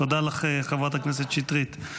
תודה לך, חברת הכנסת שטרית.